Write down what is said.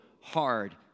hard